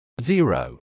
zero